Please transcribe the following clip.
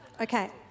Okay